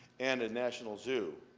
and a national zoo.